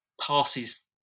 passes